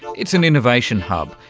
it's an innovation hub,